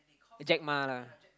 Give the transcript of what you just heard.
Jack-Ma lah